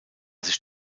sich